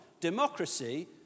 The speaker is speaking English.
Democracy